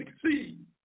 succeed